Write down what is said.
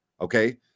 Okay